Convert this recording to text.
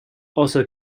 also